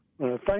Thank